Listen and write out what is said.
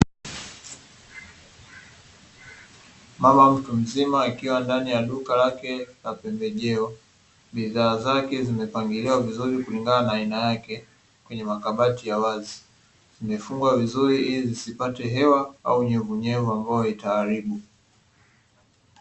Mama mtu mzima akiwa ndani ya duka lake la pembejeo. Bidhaa zake zimepangiliwa vizuri kulingana na aina yake, kwenye makabati ya wazi. Zimefungwa vizuri ili zisipate hewa au unyevunyevu ambao utaharibu.